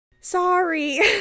Sorry